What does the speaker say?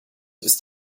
ist